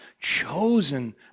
chosen